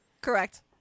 Correct